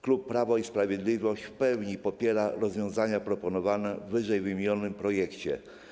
Klub Prawo i Sprawiedliwość w pełni popiera rozwiązania proponowane w wyżej wymienionym projekcie.